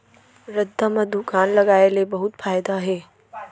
रद्दा म दुकान लगाय ले बहुत फायदा हे